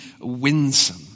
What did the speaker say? winsome